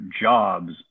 jobs